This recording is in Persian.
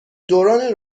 دوران